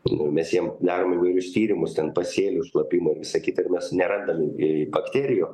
nes mes jiem darom įvairius tyrimus ten pasėlius šlapimų ir visa kitą ir mes nerandam į bakterijos